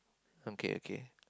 okay okay